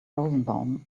rosenbaum